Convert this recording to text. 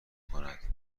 کند